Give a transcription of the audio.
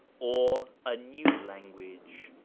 or a new language,